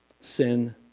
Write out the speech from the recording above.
Sin